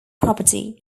property